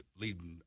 leading